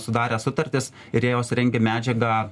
sudarę sutartis ir jos rengia medžiagą